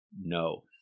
no